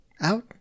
out